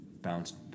bounced